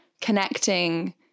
connecting